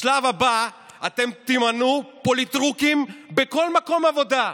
בשלב הבא אתם תמנו פוליטרוקים בכל מקום עבודה,